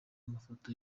amafoto